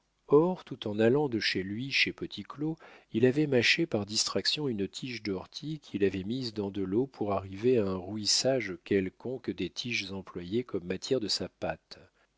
or tout en allant de chez lui chez petit claud il avait mâché par distraction une tige d'ortie qu'il avait mise dans de l'eau pour arriver à un rouissage quelconque des tiges employées comme matière de sa pâte